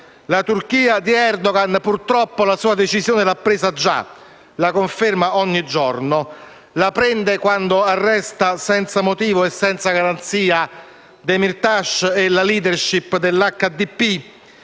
La Turchia di Erdogan, purtroppo, ha già preso la sua decisione e la conferma ogni giorno. La prende quando arresta, senza motivo e senza garanzia, Demirtaș e la *leadership* dell'HDP,